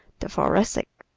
the thoracics.